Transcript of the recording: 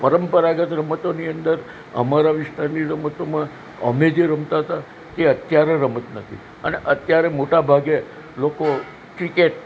પરંપરાગત રમતોની અંદર અમારા વિસ્તારની રમતોમાં અમે જે રમતા હતા એ અત્યારે રમાતું નથી અને અત્યારે મોટાભાગે લોકો ક્રિકેટ